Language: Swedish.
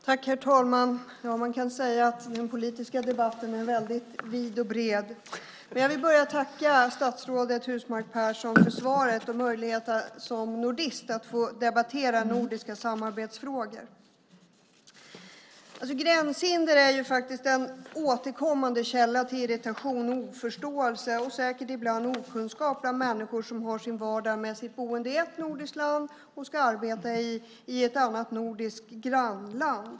Herr talman! Man kan säga att den politiska debatten är vid och bred. Jag vill börja med att tacka statsrådet Husmark Pehrsson för svaret och för möjligheten att som nordist få debattera nordiska samarbetsfrågor. Gränshinder är en återkommande källa till irritation och oförståelse och säkert ibland okunskap bland människor som har sin vardag med sitt boende i ett nordiskt land och sitt arbete i ett annat nordiskt grannland.